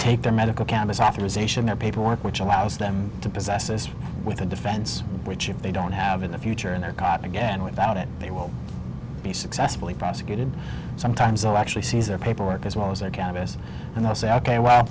take their medical cannabis authorisation their paperwork which allows them to possess this with a defense which if they don't have in the future and they're caught again without it they will be successfully prosecuted sometimes they'll actually seize their paperwork as well as their campus and they'll say ok well